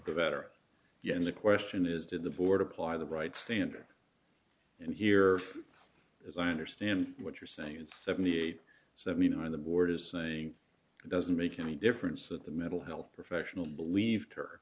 believed better yet the question is did the board apply the right standard and here as i understand what you're saying it's seventy eight seventy nine the board is say it doesn't make any difference that the mental health professional believed her